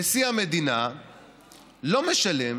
נשיא המדינה לא משלם